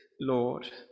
Lord